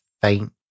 faint